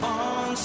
on